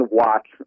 watch